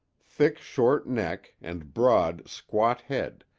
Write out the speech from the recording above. thick, short neck and broad, squat head,